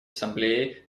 ассамблеей